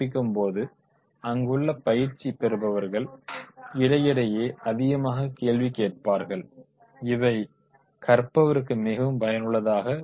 போது அங்குள்ள பயிற்சி பெறுபவர்கள் இடை இடையே அதிகமாகக் கேள்வி கேட்பார்கள் இவை கற்பவருக்கு மிகவும் பயன் உடையதாக இருக்கும்